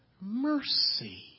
mercy